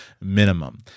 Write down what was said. minimum